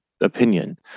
opinion